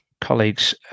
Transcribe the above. colleagues